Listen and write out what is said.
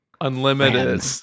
Unlimited